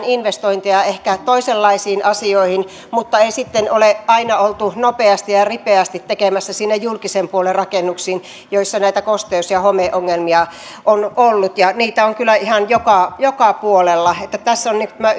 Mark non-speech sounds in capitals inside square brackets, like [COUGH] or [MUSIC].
[UNINTELLIGIBLE] investointeja ehkä toisenlaisiin asioihin mutta ei sitten ole aina oltu nopeasti ja ja ripeästi tekemässä sinne julkisen puolen rakennuksiin joissa näitä kosteus ja homeongelmia on ollut ja niitä on kyllä ihan joka joka puolella että tässä on